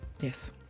yes